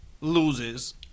loses